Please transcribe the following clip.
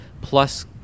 plus